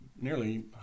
nearly